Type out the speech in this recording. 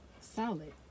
solid